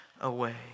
away